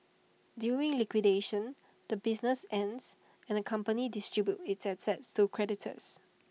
during liquidation the business ends and the company distributes its assets to creditors